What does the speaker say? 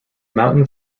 mountain